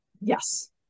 yes